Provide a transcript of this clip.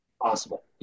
possible